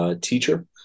teacher